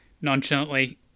nonchalantly